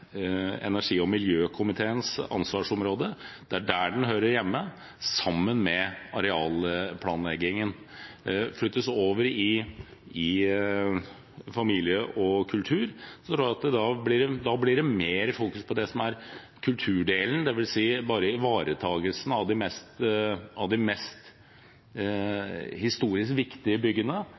energi- og miljøkomiteens ansvarsområde. Det er der den hører hjemme, sammen med arealplanlegging. Hvis det flyttes over til familie- og kulturkomiteen, tror jeg at det blir fokusert mer på det som er kulturdelen, dvs. ivaretagelse av de historisk viktigste byggene, og ikke på det som er mye av